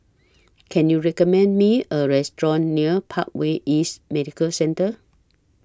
Can YOU recommend Me A Restaurant near Parkway East Medical Centre